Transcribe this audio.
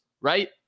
right